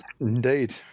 Indeed